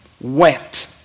went